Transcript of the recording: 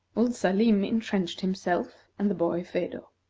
old salim intrenched himself and the boy, phedo.